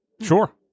Sure